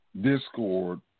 discord